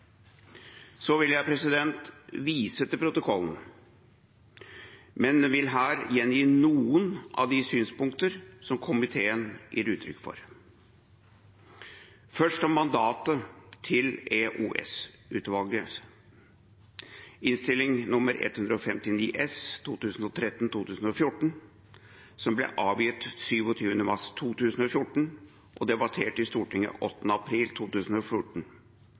Så vil jeg vise til protokollen, men vil her gjengi noen av de synspunkter som komiteen gir uttrykk for. Først om mandatet til EOS-utvalget. I Innst. 159 S for 2013–2014, som ble avgitt 27. mars 2014 og debattert i Stortinget 8. april 2014,